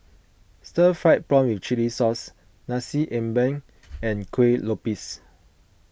Stir Fried Prawn with Chili Sauce Nasi Ambeng and Kuih Lopes